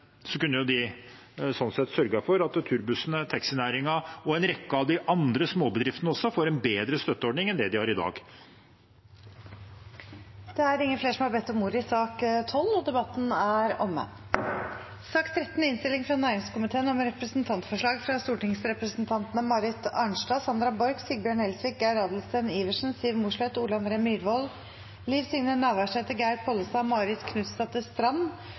Så kunne de sånn sett sørget for at turbussene, taxinæringen og en rekke av de andre småbedriftene også får en bedre støtteordning enn det de har i dag. Flere har ikke bedt om ordet til sak nr. 12. Etter ønske fra næringskomiteen vil presidenten ordne debatten